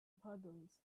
puddles